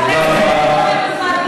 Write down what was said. תודה רבה.